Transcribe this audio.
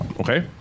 Okay